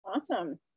awesome